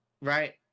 right